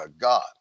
God